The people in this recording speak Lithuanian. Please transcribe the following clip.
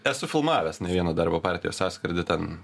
esu filmavęs ne vieną darbo partijos sąskrydį ten